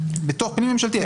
בתוך פנים ממשלתי.